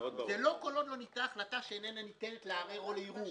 זה לא "כל עוד לא ניתנה החלטה שאיננה ניתנת לערר או לערעור".